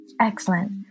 Excellent